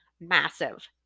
massive